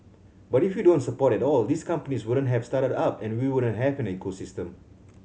but if you don't support at all these companies wouldn't have started up and we wouldn't have an ecosystem